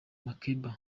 makeba